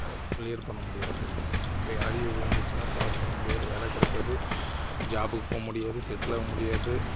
clear பண்ண முடியாது arrear விழுந்துருத்துனா பாஸ் பண்ண முடியாது வேலை கிடைக்காது ஜாப்புக்கு போக முடியாது செட்டில் ஆக முடியாது